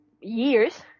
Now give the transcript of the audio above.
years –